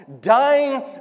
Dying